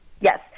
Yes